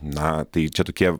na tai čia tokie